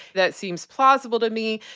that seems plausible to me.